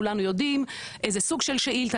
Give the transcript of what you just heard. כולנו יודעים איזה סוג של שאילתה,